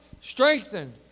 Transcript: strengthened